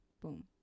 Boom